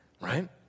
Right